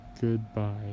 Goodbye